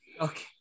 Okay